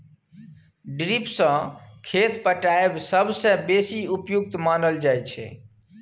drip सँ खेत पटाएब सबसँ बेसी उपयुक्त मानल जाइ छै